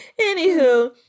anywho